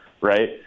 right